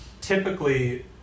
Typically